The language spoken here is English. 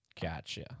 Gotcha